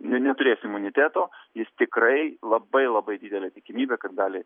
neturės imuniteto jis tikrai labai labai didelė tikimybė kad gali